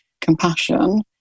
compassion